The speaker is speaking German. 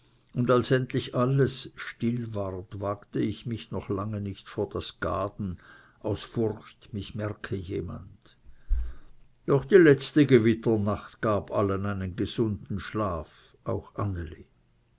und als endlich alles still ward wagte ich mich noch lange nicht vor das gaden aus furcht mich merke jemand doch die letzte gewitternacht gab allen einen gesunden schlaf auch anneli